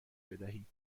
بدهید